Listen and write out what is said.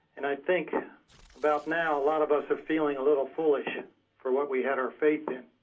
and i think about now a lot of us are feeling a little foolish for what we had our faith in